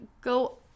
go